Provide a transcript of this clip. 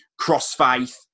CrossFaith